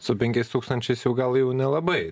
su penkiais tūkstančiais jau gal jau nelabai